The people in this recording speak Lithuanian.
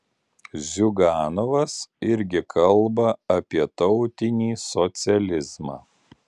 ziuganovas irgi kalba apie tautinį socializmą